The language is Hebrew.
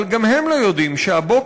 אבל גם הם לא יודעים שהבוקר,